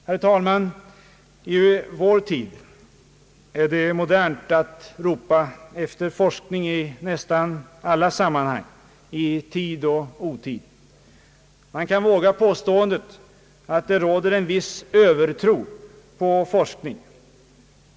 Herr talman! Numera är det modernt att ropa efter forskning i nästan alla sammanhang — i tid och otid. Man kan våga påståendet att det råder en viss övertro på forskningen.